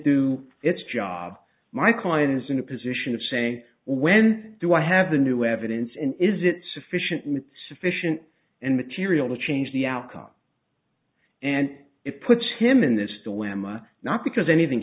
do its job my client is in a position of saying when do i have the new evidence and is it sufficient with sufficient and material to change the outcome and it puts him in this the wimmera not because anything